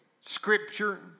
scripture